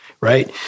right